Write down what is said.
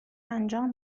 انجام